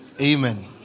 Amen